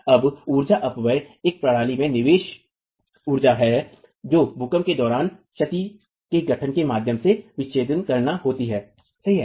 अब ऊर्जा अपव्यय एक प्रणाली में निवेश ऊर्जा है जो भूकंप के दौरान क्षति के गठन के माध्यम से विच्छेदन करना होती है सही है